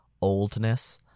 oldness